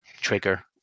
trigger